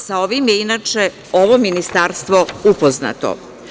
Sa ovim je, inače, ovo ministarstvo upoznato.